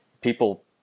People